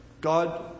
God